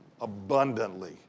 abundantly